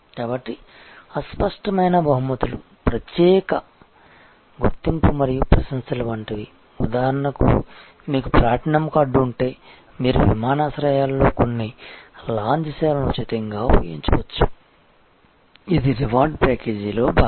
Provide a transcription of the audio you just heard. కాబట్టి అస్పష్టమైన బహుమతులు ప్రత్యేక గుర్తింపు మరియు ప్రశంసలు వంటివి ఉదాహరణకు మీకు ప్లాటినం కార్డు ఉంటే మీరు విమానాశ్రయాలలో కొన్ని లాంజ్ సేవలను ఉచితంగా ఉపయోగించవచ్చు ఇవి రివార్డ్ ప్యాకేజీలో భాగం